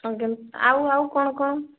ଆଜ୍ଞା ଆଉ ଆଉ କ'ଣ କ'ଣ